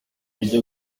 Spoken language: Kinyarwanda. ijya